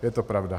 Je to pravda.